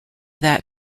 that